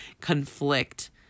conflict